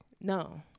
no